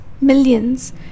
millions